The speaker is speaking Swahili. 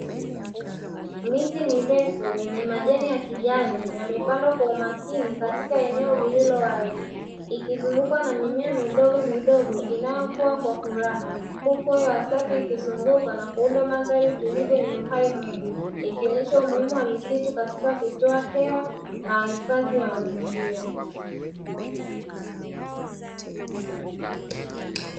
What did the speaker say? Miti mirefu yenye majani ya kijani yamepandwa kwa umakini katika eneo lililo wazi, ikizungukwa na mimea midogomidogo inayokua kwa furaha, huku hewa safi ikizunguka na kuunda mandhari tulivu yenye uhai mwingi, ikionyesha umuhimu wa misitu katika kutoa hewa na uhifadhi wa mazingira.